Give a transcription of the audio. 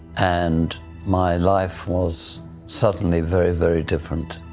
and my life was suddenly very, very different.